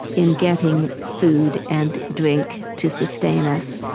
in getting food and drink to sustain us,